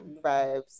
vibes